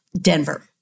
Denver